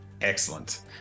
Excellent